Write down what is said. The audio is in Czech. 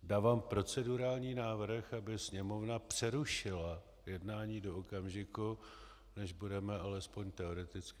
Dávám procedurální návrh, aby Sněmovna přerušila jednání do okamžiku, než budeme alespoň teoreticky usnášeníschopní.